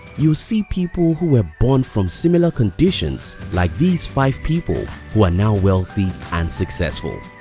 you'll see people who were born from similar conditions like these five people who are now wealthy and successful.